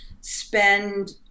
spend